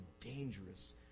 dangerous